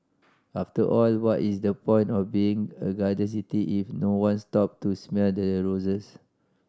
after all what is the point of being a garden city if no one stop to smell the roses